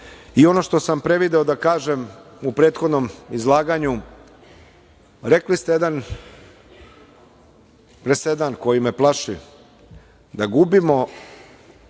što sam prevideo da kažem u prethodnom izlaganju. Rekli ste jedan presedan koji me plaši, da gubimo